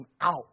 out